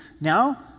now